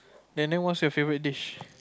and then what's your favourite dish